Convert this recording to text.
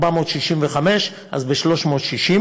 ל-1,465 בתים לחיים, אז ב-360.